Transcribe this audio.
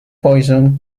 poison